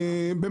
בתחנה,